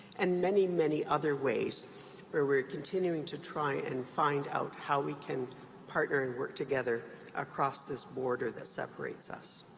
and many, many other ways where we're continuing to try and find out how we can partner and work together across this border that separates us.